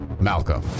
Malcolm